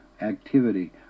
activity